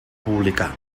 publicar